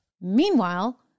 Meanwhile